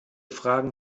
fragen